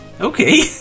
Okay